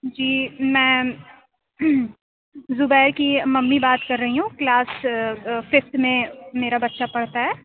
جی ma'am Zubair کی mummy بات کر رہی ہوں کلاس ففتھ میں میرا بچہ پڑھتا ہے